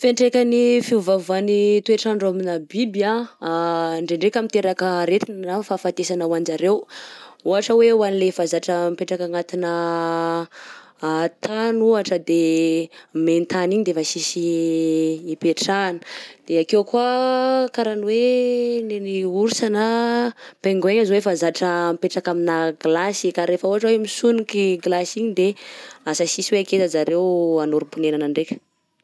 Fiantraikan'ny fiovaovan'ny toetr'andro aminà biby a ndraindraika miteraka aretina na fahafatesana ho anjareo ohatra hoe ho an'ilay efa zatra mipetraka agnatinà tany ohatra de main-tany igny de efa sisy ipetrahana de akeo koa karaha ny hoe ny an'ny ours na pingouin zao efa zatra mipetraka aminà glasy ka rehefa ohatra hoe misoniky i glace igny de lasa sisy hoe akaiza zareo anorim-ponenana ndraika.